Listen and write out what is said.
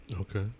Okay